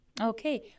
Okay